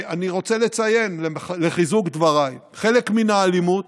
אני רוצה לציין, לחיזוק דבריי: חלק מן האלימות